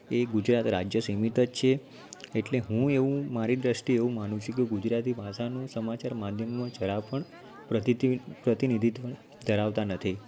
એ ગુજરાત રાજ્ય સીમિત જ છે એટલે હું એવું મારી દૃષ્ટિ એ એવું માનું છું કે ગુજરાતી ભાષાનું સમાચાર માધ્યમમાં જરા પણ પ્રતિધિ પ્રતિનિધિત્વ ધરાવતાં નથી